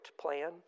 plan